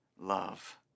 love